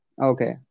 Okay